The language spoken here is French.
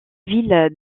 ville